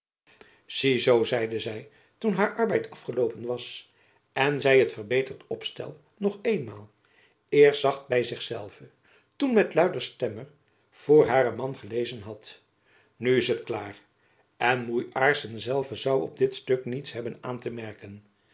zie zoo zeide zy toen haar arbeid afgeloopen was en zy het verbeterd opstel nog eenmaal eerst zacht by zich zelve toen met luider stemme voor haren man gelezen had nu is het klaar en moei aarssen zelve zoû op dit stuk niets hebben aan te merken